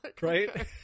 Right